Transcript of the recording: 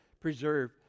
preserve